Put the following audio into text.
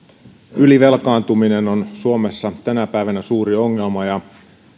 ylivelkaantuminen on suomessa tänä päivänä suuri ongelma ja